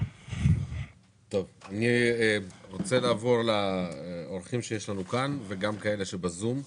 אני רוצה לעבור לאורחים שנמצאים כאן ואלה שב-זום.